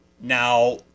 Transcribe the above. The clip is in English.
Now